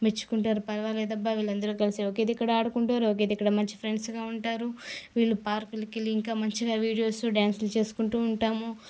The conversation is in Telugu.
మెచ్చుకుంటారు పర్వాలేదు అబ్బా వీళ్ళందరూ కలసి ఒకే దక్కర ఆడుకుంటారు ఓకే దక్కర మంచి ఫ్రెండ్స్గా ఉంటారు వీళ్ళు పార్కులకి వెళ్లి ఇంకా మంచిగా వీడియోస్ డ్యాన్స్లు చేసుకుంటూ ఉంటాము